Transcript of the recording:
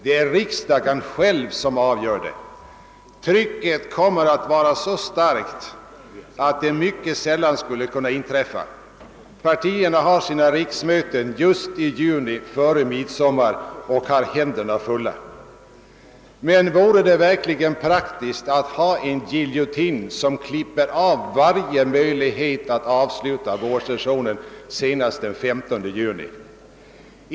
Det är riksdagen själv som avgör detta. Trycket kommer att vara så starkt att det mycket sällan skulle kunna bli en förlängning. Partierna håller sina riksmöten just i juni före midsommar och har händerna fulla. Men vore det verkligen praktiskt med en giljotin, som klipper av varje möjlighet att avsluta vårsessionen senast den 15 juni?